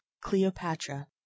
Cleopatra